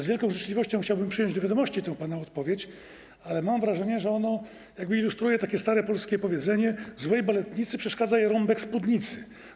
Z wielką życzliwością chciałbym przyjąć do wiadomości tę pana odpowiedź, ale mam wrażenie, że ona ilustruje stare polskie powiedzenie: złej baletnicy przeszkadza rąbek spódnicy.